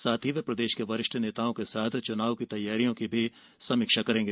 साथ ही वे प्रदेश के वरिष्ठ नेताओं के साथ चुनाव की तैयारियों की समीक्षा भी करेंगे